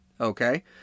okay